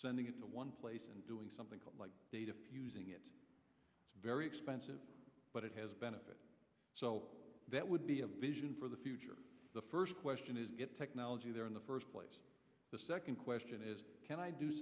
sending it to one place and doing something like data using it very expensive but it has benefit so that would be a vision for the future the first question is get technology there in the first place the second question is can i do